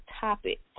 topic